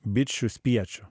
bičių spiečių